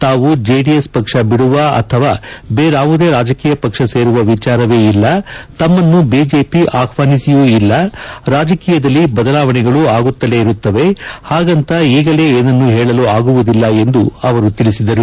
ತಾವು ಜೆಡಿಎಸ್ ಪಕ್ಷ ಬಿಡುವ ಅಥವಾ ಬೇರಾವುದೇ ರಾಜಕೀಯ ಪಕ್ಷ ಸೇರುವ ವಿಚಾರವೇ ಇಲ್ಲ ತಮ್ಮನ್ನು ಬಿಜೆಪಿ ಆಹ್ವಾನಿಸಿಯೂ ಇಲ್ಲ ರಾಜಕೀಯದಲ್ಲಿ ಬದಲಾವಣೆಗಳು ಆಗುತ್ತಲೇ ಇರುತ್ತವೆ ಹಾಗಂತ ಈಗಲೇ ಏನನ್ನೂ ಹೇಳಲು ಆಗುವುದಿಲ್ಲ ಎಂದು ಅವರು ತಿಳಿಸಿದರು